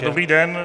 Dobrý den.